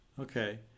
Okay